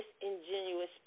disingenuous